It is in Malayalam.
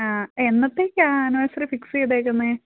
ആ എന്നത്തേക്കാണ് ആനിവേഴ്സറി ഫിക്സ് ചെയ്തേക്കുന്നത്